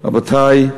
רבותי,